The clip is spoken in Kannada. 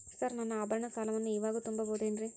ಸರ್ ನನ್ನ ಆಭರಣ ಸಾಲವನ್ನು ಇವಾಗು ತುಂಬ ಬಹುದೇನ್ರಿ?